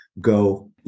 go